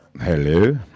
Hello